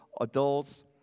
adults